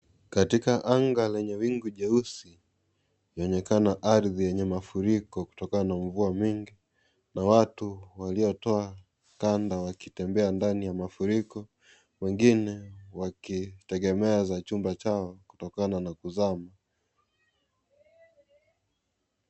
Katika anga lenye wingu jeusi yaonekana ardhi yenye mafuriko kutokana na mvua mingi na watu waliotoa kanda wakitembea ndani ya mafuriko, wengine wakitegemea za chumba chao kutokana na kuzama.